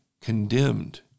condemned